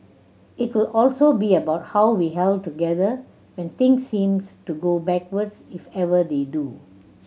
it will also be about how we held together when things seems to go backwards if ever they do